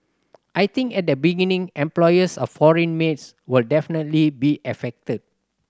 I think at the beginning employers of foreign maids will definitely be affected